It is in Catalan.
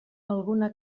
alguna